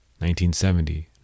1970